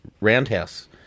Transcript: Roundhouse